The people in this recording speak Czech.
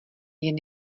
jen